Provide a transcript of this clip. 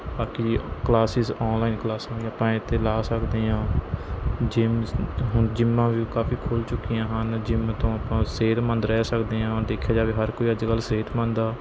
ਬਾਕੀ classes online ਕਲਾਸਾਂ ਵੀ ਆਪਾਂ ਇਹ 'ਤੇ ਲਾ ਸਕਦੇ ਹਾਂ ਜਿਮਸ ਹੁਣ ਜਿੰਮਾਂ ਵੀ ਕਾਫੀ ਖੁੱਲ ਚੁੱਕੀਆਂ ਹਨ ਜਿਮ ਤੋਂ ਆਪਾਂ ਸਿਹਤਮੰਦ ਰਹਿ ਸਕਦੇ ਹਾਂ ਦੇਖਿਆ ਜਾਵੇ ਹਰ ਕੋਈ ਅੱਜ ਕੱਲ੍ਹ ਸਿਹਤਮੰਦ ਆ